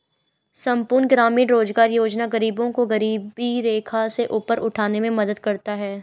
संपूर्ण ग्रामीण रोजगार योजना गरीबों को गरीबी रेखा से ऊपर उठाने में मदद करता है